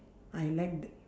I like the